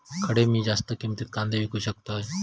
खडे मी जास्त किमतीत कांदे विकू शकतय?